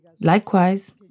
Likewise